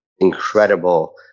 incredible